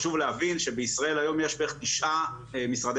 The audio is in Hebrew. חשוב להבין שבישראל היום יש בערך תשעה משרדי